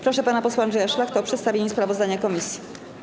Proszę pana posła Andrzeja Szlachtę o przedstawienie sprawozdania komisji.